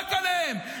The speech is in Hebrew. רק עליהם.